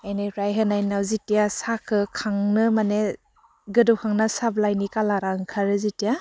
बिनिफ्राय होनायनि उनाव जेथिया साहाखौ खांनो मानि गोदौ खांना साहा बिलाइनि खालारया ओंखारो जेथिया